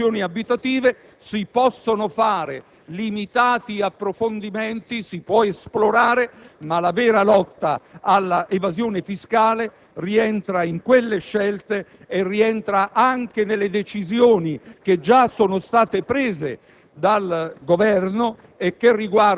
positivo nelle ristrutturazioni abitative. Si possono compiere limitati approfondimenti, si può esplorare, ma la vera lotta all'evasione fiscale rientra in quelle scelte e anche nelle decisioni che già sono state prese